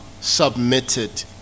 submitted